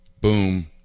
boom